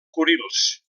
kurils